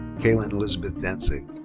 kaitlin elizabeth danzig.